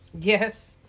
Yes